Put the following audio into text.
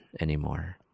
anymore